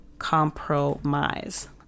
compromise